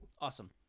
Awesome